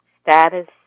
status